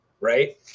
right